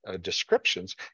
descriptions